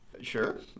Sure